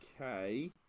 Okay